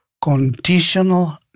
conditional